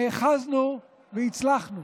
נאחזנו והצלחנו,